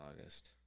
August